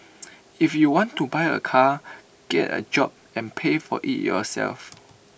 if you want to buy A car get A job and pay for IT yourself